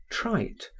trite,